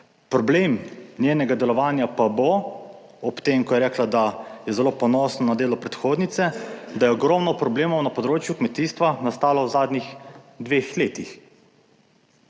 Problem njenega delovanja pa bo ob tem, ko je rekla, da je zelo ponosna na delo predhodnice, da je ogromno problemov na področju kmetijstva nastalo v zadnjih dveh letih.